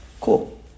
cool